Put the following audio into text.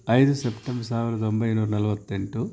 ಐದು ಸೆಪ್ಟೆಂಬ್ ಸಾವಿರದೊಂಬೈನೂರ ನಲವತ್ತೆಂಟು